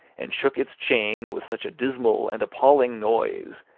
and shook its chain with such a dismal and appalling noise,